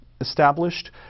established